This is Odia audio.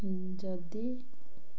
ଯଦି